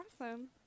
awesome